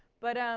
but, um,